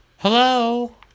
Hello